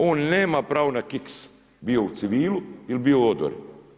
On nema pravo na kiks, bio u civilu ili bio u odori.